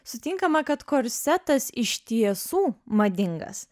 sutinkama kad korsetas iš tiesų madingas